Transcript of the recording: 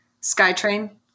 SkyTrain